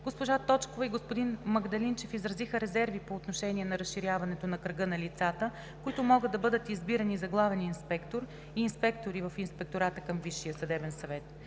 Госпожа Точкова и господин Магдалинчев изразиха резерви по отношение на разширяването на кръга на лицата, които могат да бъдат избирани за главен инспектор и инспектори в Инспектората към Висшия съдебен съвет.